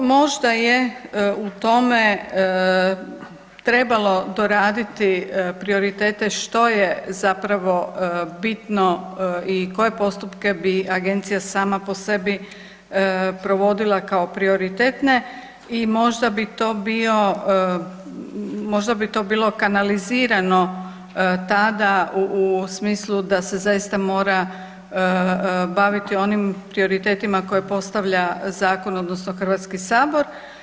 Da, možda je u tome trebalo doraditi prioritete što je zapravo bitno i koje postupke bi agencija sama po sebi provodila kao prioritetne i možda bi to bio, možda bi to bilo kanalizirano tada u smislu da se zaista mora baviti onim prioritetima koje postavlja zakon odnosno Hrvatski sabor.